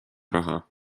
raha